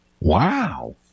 Wow